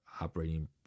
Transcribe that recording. operating